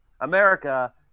America